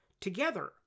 Together